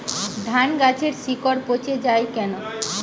ধানগাছের শিকড় পচে য়ায় কেন?